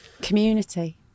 Community